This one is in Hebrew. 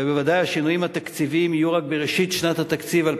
ובוודאי השינויים התקציביים יהיו רק בראשית שנת התקציב 2013,